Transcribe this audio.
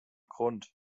grund